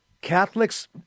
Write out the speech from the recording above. Catholics